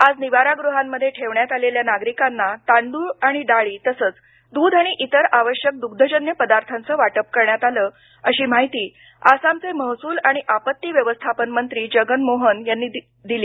आज निवारागृहांमध्ये ठेवण्यात आलेल्या नागरिकांना तांदूळ आणि डाळी तसंच दूध आणि इतर आवश्यक दुग्धजन्य पदार्थांचं वाटप करण्यात आलं अशी माहिती आसामचे महसूल आणि आपत्ती व्यवस्थापन मंत्री जगनमोहन यांनी आज दिली